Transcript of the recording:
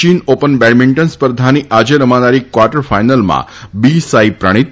અને ચીન open badminton સ્પર્ધાની આજે રમાનારી કવાર્ટર ફાઈનલમાં બીસાંઈ પ્રણિત